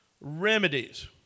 remedies